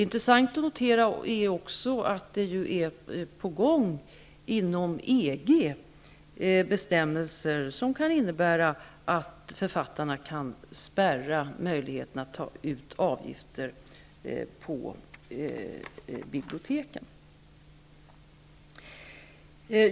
Intressant att notera är också att det är på gång inom EG bestämmelser som kan innebära att författarna kan spärra möjligheten att ta ut avgifter på biblioteken.